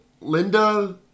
Linda